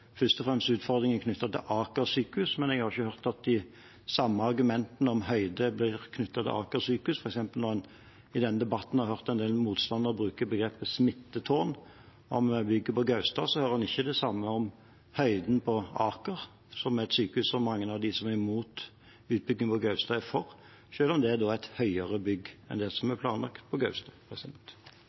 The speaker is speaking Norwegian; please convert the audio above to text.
først og fremst knyttet til Aker sykehus, men jeg har ikke hørt at de samme argumentene om høyde blir knyttet til Aker sykehus. Mens en i denne debatten f.eks. har hørt en del motstandere bruke begrepet smittetårn om bygget på Gaustad, hører en ikke det samme om høyden på Aker, som er et sykehus som mange av dem som er imot utbyggingen på Gaustad, er for, selv om det da er et høyere bygg enn det som er planlagt på Gaustad.